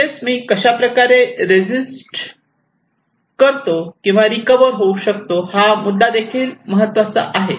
म्हणजेच मी कशाप्रकारे रेसिस्ट करतो किंवा रिकव्हर होऊ शकतो हा मुद्दा देखील महत्त्वाचा आहे